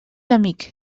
amic